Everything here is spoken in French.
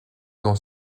dont